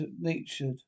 natured